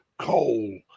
Coal